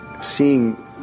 seeing